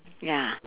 ya